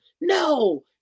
no